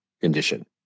condition